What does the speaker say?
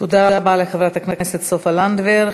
תודה רבה לחברת הכנסת סופה לנדבר.